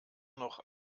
noch